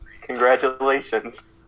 Congratulations